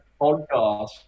Podcast